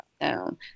down